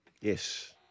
Yes